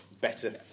better